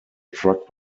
truck